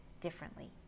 differently